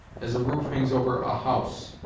as a roof hangs over a house.